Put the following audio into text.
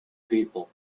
people